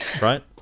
Right